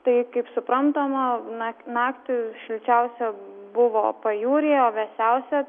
tai kaip suprantama na naktį šilčiausia buvo pajūryje o vėsiausia